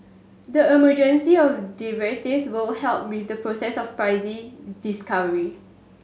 the emergence of derivatives will help with the process of discovery